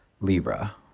Libra